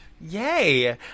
Yay